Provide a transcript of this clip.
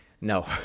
No